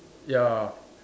ya